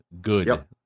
good